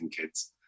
kids